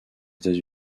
états